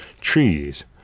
trees